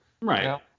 Right